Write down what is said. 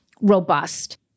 robust